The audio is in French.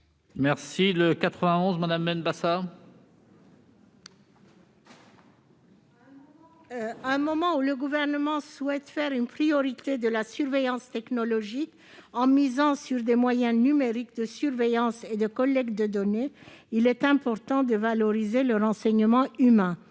est à Mme Esther Benbassa. Au moment où le Gouvernement souhaite faire de la surveillance technologique une priorité en misant sur des moyens numériques de surveillance et de collecte de données, il est important de valoriser le renseignement humain.